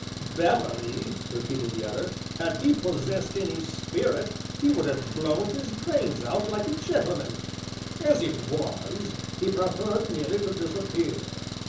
beverley! repeated the other had he possessed any spirit he would have blown his brains out, like a gentleman as it was, he preferred merely to disappear,